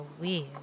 weird